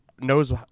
knows